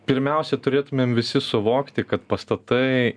pirmiausia turėtumėm visi suvokti kad pastatai